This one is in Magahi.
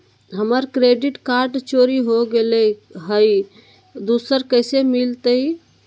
हमर क्रेडिट कार्ड चोरी हो गेलय हई, दुसर कैसे मिलतई?